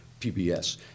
PBS